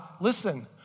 listen